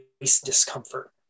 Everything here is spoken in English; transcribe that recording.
discomfort